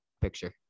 picture